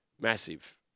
Massive